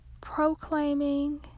proclaiming